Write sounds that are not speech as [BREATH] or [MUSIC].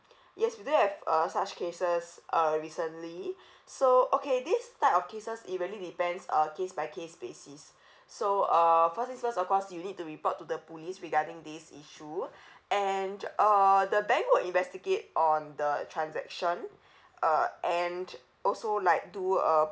yes we do have uh such cases uh recently so okay this type of cases it really depends uh case by case basis so uh first thing's first of course you need to report to the police regarding this issue [BREATH] and uh the bank will investigate on the transaction uh and also like do a